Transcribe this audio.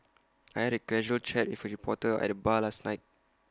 I had A casual chat with A reporter at the bar last night